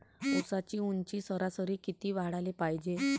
ऊसाची ऊंची सरासरी किती वाढाले पायजे?